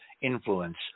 influence